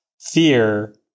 fear